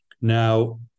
Now